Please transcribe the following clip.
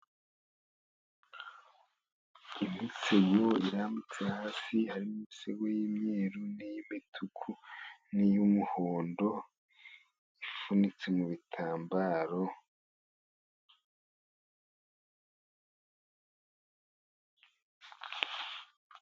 imisego irambitse hasi, hari imisego y'umweru, n'iy'umutuku, n'iy'umuhondo, ipfunitse mu bitambaro.